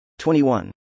21